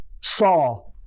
saw